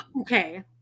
Okay